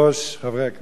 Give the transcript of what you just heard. חברי הכנסת,